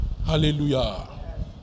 Hallelujah